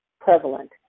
prevalent